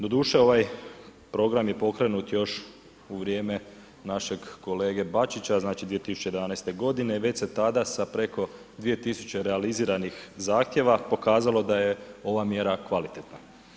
Doduše, ovaj program je pokrenut još u vrijeme našeg kolege Bačića, znači 2011.g., već se tada sa preko 2000 realiziranih zahtjeva pokazalo da je ova mjera kvalitetna.